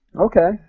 Okay